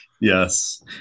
Yes